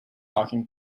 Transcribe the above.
talking